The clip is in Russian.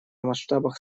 масштабах